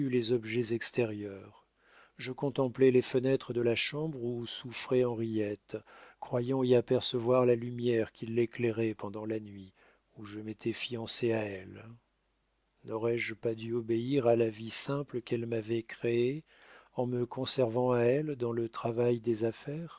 les objets extérieurs je contemplais les fenêtres de la chambre où souffrait henriette croyant y apercevoir la lumière qui l'éclairait pendant la nuit où je m'étais fiancé à elle n'aurais-je pas dû obéir à la vie simple qu'elle m'avait créée en me conservant à elle dans le travail des affaires